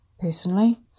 personally